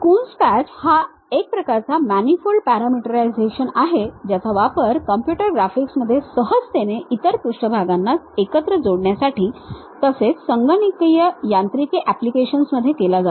Coons patch हा एक प्रकारचा मॅनिफोल्ड पॅरामीटरायझेशन आहे ज्याचा वापर कॉम्प्युटर ग्राफिक्समध्ये सहजतेने इतर पृष्ठभागांना एकत्र जोडण्यासाठी तसेच संगणकीय यांत्रिकी ऍप्लिकेशन्समध्ये केला जातो